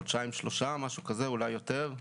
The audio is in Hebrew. לפני כחודשיים שלושה, אולי יותר.